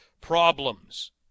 problems